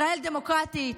"ישראל דמוקרטית",